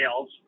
sales